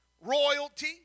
royalty